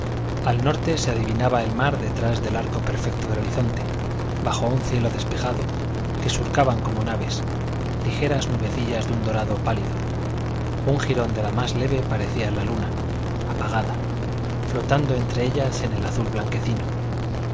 al norte se adivinaba el mar detrás del arco perfecto del horizonte bajo un cielo despejado que surcaban como naves ligeras nubecillas de un dorado pálido un jirón de la más leve parecía la luna apagada flotando entre ellas en el azul blanquecino